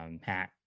hat